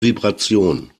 vibration